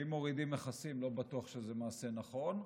ואם מורידים מכסים, לא בטוח שזה מעשה נכון.